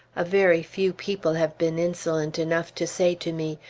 a very few people have been insolent enough to say to me,